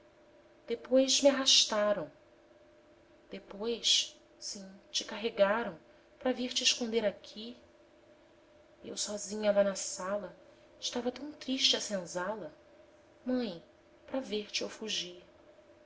depois me arrastaram depois sim te carregaram p'ra vir te esconder aqui eu sozinha lá na sala stava tão triste a senzala mãe para ver-te eu fugi